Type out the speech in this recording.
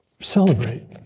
celebrate